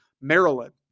Maryland